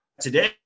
today